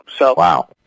Wow